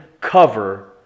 cover